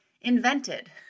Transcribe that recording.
invented